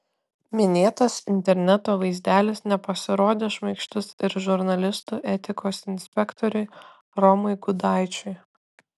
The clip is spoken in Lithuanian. minėtas interneto vaizdelis nepasirodė šmaikštus ir žurnalistų etikos inspektoriui romui gudaičiui